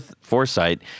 foresight